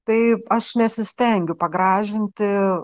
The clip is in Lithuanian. tai aš nesistengiu pagražinti